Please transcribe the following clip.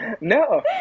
No